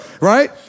Right